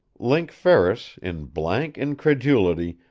link ferris, in blank incredulity,